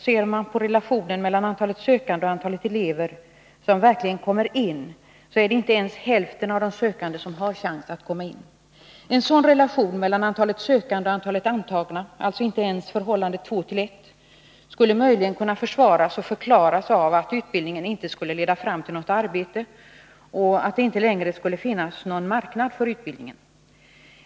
Ser man på relationen mellan antalet sökande och antalet elever som verkligen kommer in finner man att det inte ens är hälften av de sökande som har chans att komma in. En sådan relation mellan antalet sökande och antalet antagna — dvs. inte ens förhållandet två till ett — skulle möjligen kunna försvaras och förklaras av att utbildningen inte leder fram till något arbete och att det inte längre finns någon marknad för utbildningen.